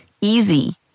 easy